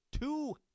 two